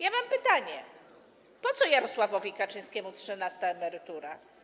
Ja mam pytanie: Po co Jarosławowi Kaczyńskiemu trzynasta emerytura?